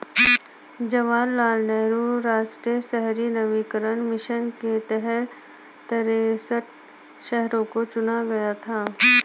जवाहर लाल नेहरू राष्ट्रीय शहरी नवीकरण मिशन के तहत तिरेसठ शहरों को चुना गया था